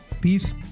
Peace